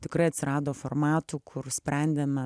tikrai atsirado formatų kur sprendėme